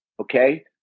okay